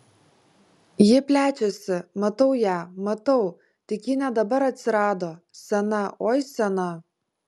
ji plečiasi matau ją matau tik ji ne dabar atsirado sena oi sena